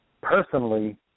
Personally